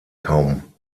kaum